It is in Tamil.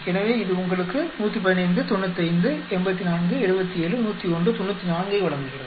எனவே இது உங்களுக்கு 115 95 84 77 101 94 ஐ வழங்குகிறது